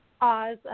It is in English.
Oz